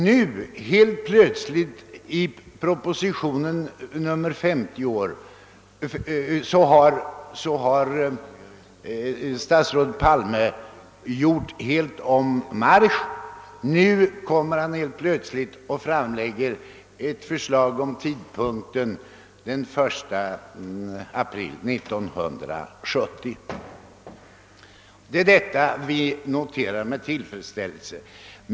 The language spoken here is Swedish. Statsrådet Palme har nu i proposition nr 50 plötsligt gjort helt om marsch. Nu kommer han med ett förslag om att tidpunkten skall fastställas till 1 april 1970. Vi noterar detta med tillfredsställelse.